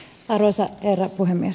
arvoisa herra puhemies